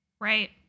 right